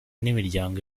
n’imiryango